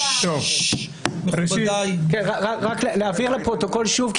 רק להבהיר לפרוטוקול שוב,